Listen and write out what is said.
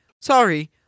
Sorry